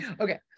Okay